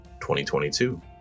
2022